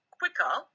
quicker